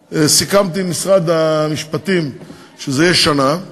אבל סיכמתי עם משרד המשפטים שזה יהיה שנה,